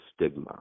stigma